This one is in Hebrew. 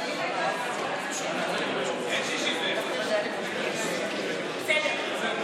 אין 61. יש?